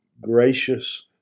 gracious